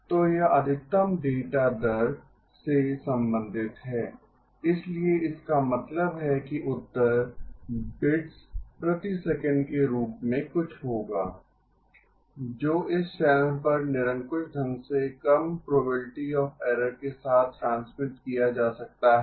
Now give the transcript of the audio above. तो यह अधिकतम डेटा दर से संबंधित है इसलिए इसका मतलब है कि उत्तर बिट्स प्रति सेकंड के रूप में कुछ होगा जो इस चैनल पर निरंकुश ढंग से कम प्रोबेबिलिटी ऑफ़ एरर के साथ ट्रांसमिट किया जा सकता है